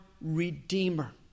Redeemer